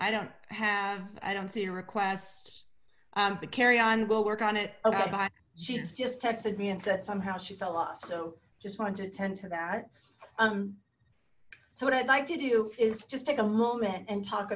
i don't have i don't see a request but carry on we'll work on it okay bye she's just texted me and said somehow she fell off so just wanted to attend to that um so what i'd like to do is just take a moment and talk